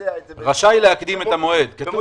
לבצע את זה במועד מוקדם.